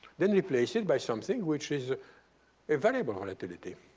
then replace it by something which is a variable volatility.